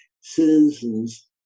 citizens